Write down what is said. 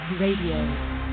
Radio